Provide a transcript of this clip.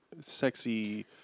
sexy